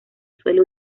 suele